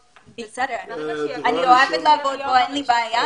אני אוהבת לעבוד כאן ואין לי בעיה,